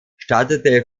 startete